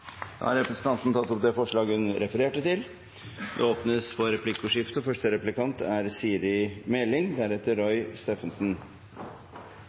Da har representanten Marianne Marthinsen tatt opp det forslaget hun refererte til. Det blir replikkordskifte.